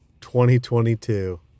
2022